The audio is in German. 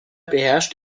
beherrscht